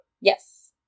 Yes